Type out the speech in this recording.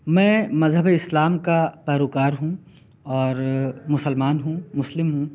میں مذہبِ اسلام کا پیروکار ہوں اور مسلمان ہوں مسلم ہوں